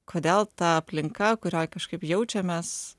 kodėl ta aplinka kurioj kažkaip jaučiamės